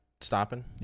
stopping